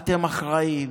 אתם אחראים,